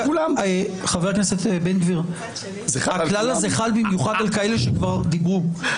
הכלל הזה חל במיוחד על כאלה שכבר דיברו,